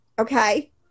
Okay